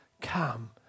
come